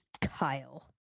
kyle